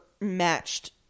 matched